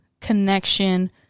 connection